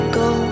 go